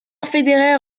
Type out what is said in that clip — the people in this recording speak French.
federer